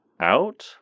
out